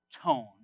tone